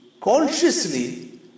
consciously